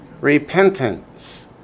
repentance